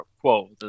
quo